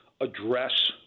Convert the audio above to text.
address